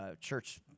church